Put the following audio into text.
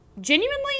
genuinely